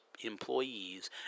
employees